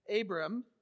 Abram